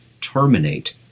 terminate